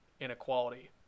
inequality